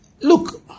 look